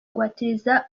guhatiriza